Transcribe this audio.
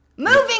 Moving